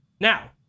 now